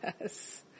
Yes